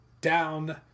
down